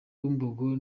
bumbogo